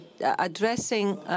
addressing